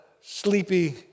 sleepy